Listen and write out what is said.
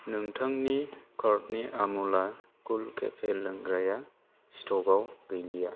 नोंथांनि कार्टनि आमुल कुल केफे लोंग्राया स्ट'कआव गैलिया